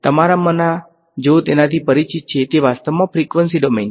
તમારામાંના જેઓ તેનાથી પરિચિત છે તે વાસ્તવમાં ફ્રીક્વન્સી ડોમેન છે